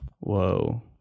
Whoa